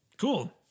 Cool